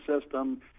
system